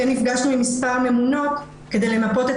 נפגשנו עם מספר ממונות כדי למפות את